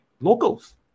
locals